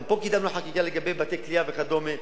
גם פה קידמנו חקיקה לגבי בתי-כליאה וכדומה.